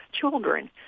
children